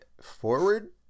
forward